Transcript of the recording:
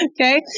Okay